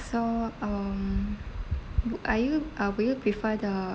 so um w~ are you uh will you prefer the